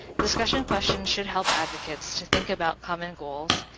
discussion questions should help advocates to think about common goals,